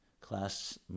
class